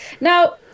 Now